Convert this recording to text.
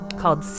called